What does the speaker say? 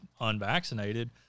unvaccinated